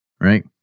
right